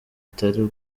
atari